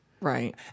Right